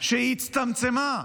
שהיא הצטמצמה.